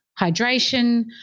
hydration